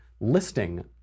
listing